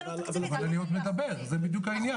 אבל אני עוד מדבר, זה בדיוק העניין.